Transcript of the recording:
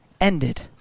ended